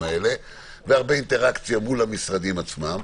האלה והרבה אינטראקציה מול המשרדים עצמם.